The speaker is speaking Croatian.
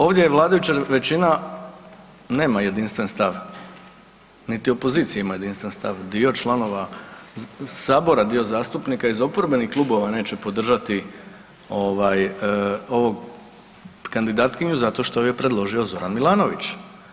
Ovdje je vladajuća većina, nema jedinstven stav, niti opozicija ima jedinstven stav, dio članova Sabora, dio zastupnika iz oporbenih klubova neće podržati ovog, kandidatkinju zato što ju je predložio Zoran Milanović.